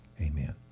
amen